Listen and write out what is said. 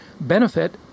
benefit